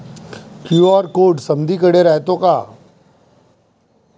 QR code समदीकडे रायतो का?